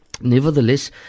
Nevertheless